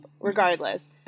Regardless